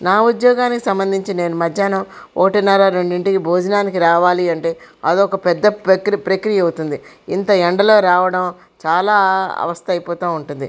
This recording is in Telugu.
నా ఉద్యోగానికి సంబంధించి నేను మధ్యాహ్నం ఒకటిన్నరా రెండింటికీ భోజనానికి రావాలి అంటే అదొక పెద్ద ప్రక్రియ ప్రక్రియ అవుతుంది ఇంత ఎండలో రావడం చాలా అవస్థ అయిపోతూ ఉంటుంది